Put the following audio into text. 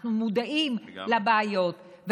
אנחנו מודעים לבעיות,